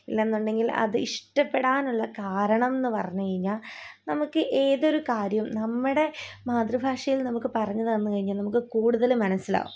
അല്ലെന്നുണ്ടെങ്കിൽ അത് ഇഷ്ടപ്പെടാനുള്ള കാരണം എന്നു പറഞ്ഞു കഴിഞ്ഞാൽ നമുക്ക് ഏതൊരു കാര്യം നമ്മുടെ മാതൃഭാഷയിൽ നമുക്കു പറഞ്ഞു തന്നു കഴിഞ്ഞാൽ നമുക്കു കൂടുതൽ മനസ്സിലാകും